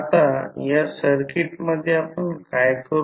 आता या सर्किटमध्ये आपण काय करू